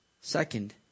second